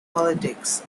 politics